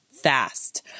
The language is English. fast